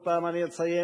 עוד פעם אני אציין,